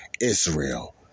Israel